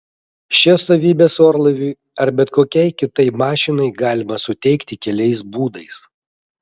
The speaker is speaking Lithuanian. šias savybes orlaiviui ar bet kokiai kitai mašinai galima suteikti keliais būdais